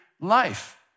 life